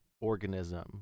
organism